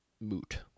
moot